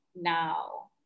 now